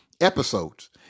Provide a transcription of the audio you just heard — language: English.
episodes